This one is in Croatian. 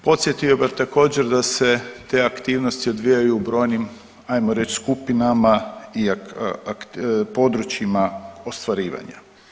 Podsjetio bih također, da se te aktivnosti odvijaju u brojnim, ajmo reći, skupinama i područjima ostvarivanja.